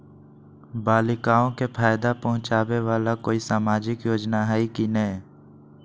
बालिकाओं के फ़ायदा पहुँचाबे वाला कोई सामाजिक योजना हइ की नय?